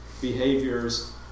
behaviors